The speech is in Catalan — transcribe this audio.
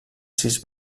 sis